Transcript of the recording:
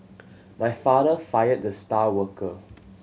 my father fired the star worker